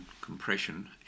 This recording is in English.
compression